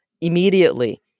immediately